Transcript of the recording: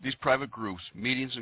these private groups meetings and